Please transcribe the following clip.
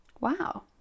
wow